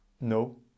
No